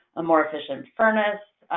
a more efficient furnace,